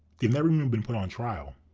they've never even been put on trial.